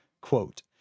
Quote